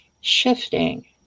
shifting